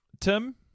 Tim